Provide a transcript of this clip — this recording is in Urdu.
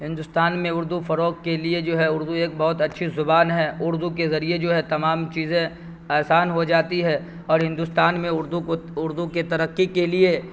ہندوستان میں اردو فروغ کے لیے جو ہے اردو ایک بہت اچھی زبان ہے اردو کے ذریعے جو ہے تمام چیزیں آسان ہو جاتی ہے اور ہندوستان میں اردو کو اردو کے ترقی کے لیے